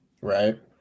Right